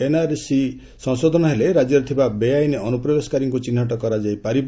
NRC ସଂଶୋଧନ ହେଲେ ରାକ୍ୟରେ ଥିବା ବେଆଇନ୍ ଅନୁପ୍ରବେଶକାରୀଙ୍କୁ ଚିହ୍ନଟ କରାଯାଇ ପାରିବ